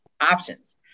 options